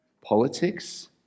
politics